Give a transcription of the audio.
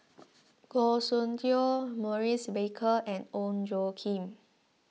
Goh Soon Tioe Maurice Baker and Ong Tjoe Kim